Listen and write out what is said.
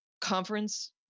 conference